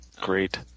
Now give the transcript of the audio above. Great